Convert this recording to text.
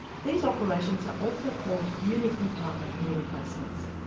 these operations are also called uni compartment knee replacements.